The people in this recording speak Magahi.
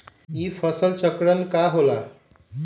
ई फसल चक्रण का होला?